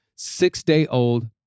six-day-old